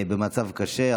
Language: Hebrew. במצב קשה,